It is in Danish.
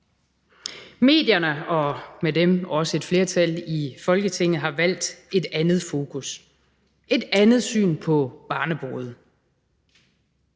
Medierne og med dem også et flertal i Folketinget har valgt et andet fokus – et andet syn på barnebrude,